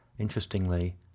Interestingly